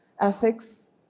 ethics